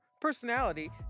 personality